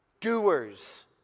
doers